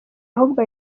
ahubwo